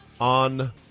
on